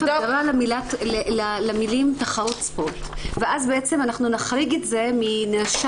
החדשה שלה מירב בעצם המאפיינים הייחודיים האלה